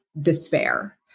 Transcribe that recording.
despair